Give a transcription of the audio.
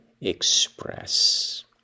express